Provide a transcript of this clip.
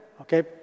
okay